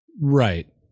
right